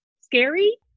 Scary